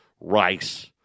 Rice